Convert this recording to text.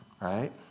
right